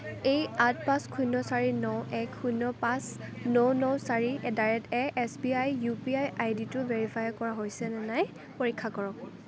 এই আঠ পাঁচ শূণ্য চাৰি ন এক শূণ্য পাঁচ ন ন চাৰি এট ডা ৰেট এ S B I U P I আইডিটো ভেৰিফাই কৰা হৈছেনে নাই পৰীক্ষা কৰক